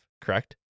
correct